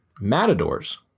Matadors